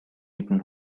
eaten